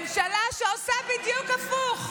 ממשלה שעושה בדיוק הפוך,